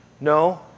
No